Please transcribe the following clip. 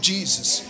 Jesus